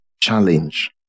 challenge